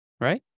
Right